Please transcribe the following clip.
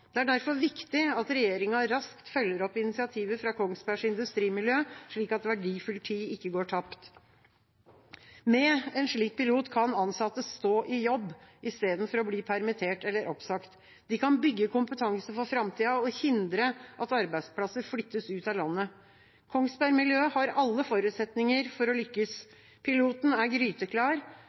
Det er derfor viktig at regjeringa raskt følger opp initiativet fra Kongsbergs industrimiljø, slik at verdifull tid ikke går tapt. Med en slik pilot kan ansatte stå i jobb istedenfor å bli permittert eller oppsagt, de kan bygge kompetanse for framtida og hindre at arbeidsplasser flyttes ut av landet. Kongsberg-miljøet har alle forutsetninger for å lykkes. Piloten er gryteklar.